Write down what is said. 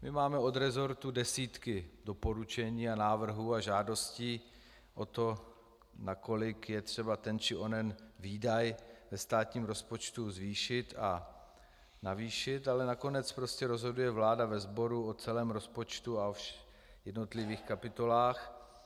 My máme od resortu desítky doporučení a návrhů a žádostí o to, nakolik je třeba ten či onen výdaj ve státním rozpočtu zvýšit a navýšit, ale nakonec prostě rozhoduje o celém rozpočtu a o jednotlivých kapitolách vláda ve sboru.